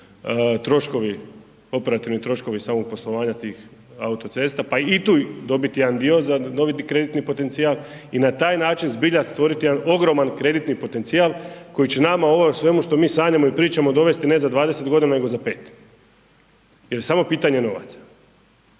troškovi, operativni troškovi samog poslovanja tih autocesta pa i tu dobit jedan dio za novi krediti potencijal i na taj način zbilja stvoriti jedan ogroman kreditni potencijal koji će nama ovo o svemu što mi sanjamo i pričamo dovesti ne za 20 godina nego za 5, jer je samo pitanje novaca.